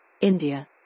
India